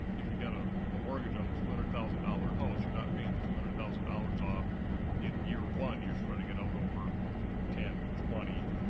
if you got a ah mortgage um ona two hundred thousand dollars house, you're not paying the two hundred thousand dollars off in year one, you're spreading it out over ten, twenty.